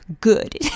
Good